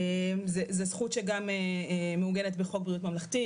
זו זכות שגם מעוגנת בחוק בריאות ממלכתי,